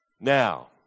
Now